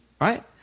right